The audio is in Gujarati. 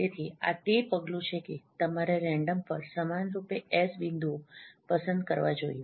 તેથી આ તે પગલું છે કે તમારે રેન્ડમ પર સમાનરૂપે S બિંદુઓ પસંદ કરવા જોઈએ